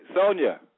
Sonia